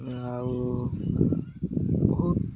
ଆଉ ବହୁତ